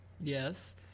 Yes